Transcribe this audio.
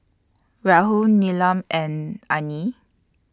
Rahul Neelam and Anil